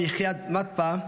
מיחידת מתפ"א,